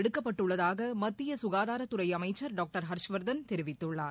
எடுக்கப்பட்டுள்ளதாகமத்தியசுகாதாரத்துறைஅமைச்சர் doctor Harshvardhan தெரிவித்துள்ளார்